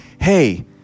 hey